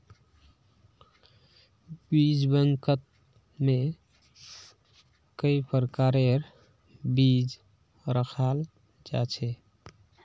बीज बैंकत में कई प्रकारेर बीज रखाल जा छे